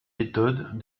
méthodes